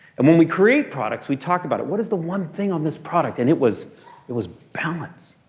and when we create products we talk about it. what is the one thing on this product? and it was it was balance.